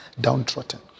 downtrodden